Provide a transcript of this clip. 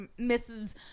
Mrs